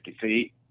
feet